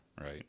right